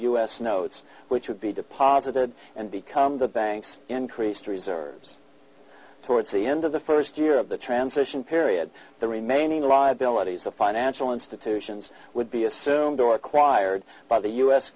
us notes which would be deposited and become the banks increased reserves towards the end of the first year of the transition period the remaining liabilities of financial institutions would be assumed or acquired by the u